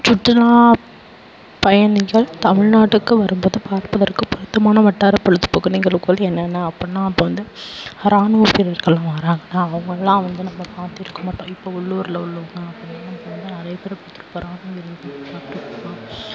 சுற்றுலா பயணிகள் தமிழ்நாட்டுக்கு வரும்போது பார்ப்பதற்கு பொருத்தமான வட்டார பொழுதுபோக்கு நிகழ்வுகள் என்னென்ன அப்புடினா இப்போ வந்து ராணுவ வீரர்களும் வராங்கன்னால் அவங்கலாம் வந்து நம்ம பார்த்திருக்க மாட்டோம் இப்போ உள்ளூர்ல உள்ளவங்க அப்பட்னா இப்போ வந்து நிறைய பேரை